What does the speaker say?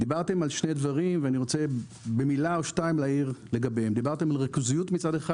דיברתם על שני דברים ואני רוצה להעיר לגביהם בקצרה.